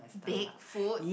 bake food